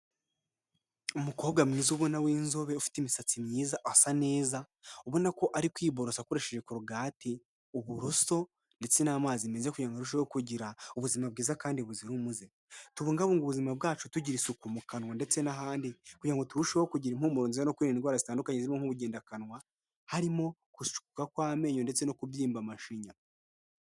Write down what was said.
Umukobwa mwiza ubona w'inzobe ufite imisatsi myiza asa neza ubona ko ari kwiborasa akoresheje korogati uburoso, ndetse n'amazi meza kugira arusheho kugira ubuzima bwiza kandi buzira umuze, tubungabunga ubuzima bwacu tugira isuku mu kanwa ndetse n'ahandi kugira ngo turusheho kugira impumuro nziza no kwirinda indwara zitandukanye zirimo: nk'ubugendakanwa, harimo gucukuka kw'amenyo ndetse no kubyimba amashinya.